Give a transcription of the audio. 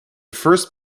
first